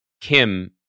Kim